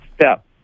step